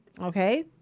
Okay